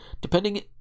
depending